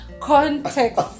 Context